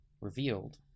revealed